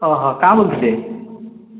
କାଁ ବୋଲୁଥିଲେ